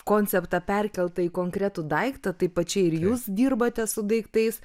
konceptą perkeltą į konkretų daiktą taip pat čia ir jūs dirbate su daiktais